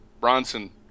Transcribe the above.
Bronson